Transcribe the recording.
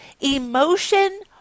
Emotion